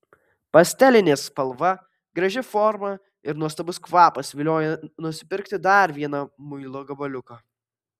pastelinė spalva graži forma ir nuostabus kvapas vilioja nusipirkti dar vieną muilo gabaliuką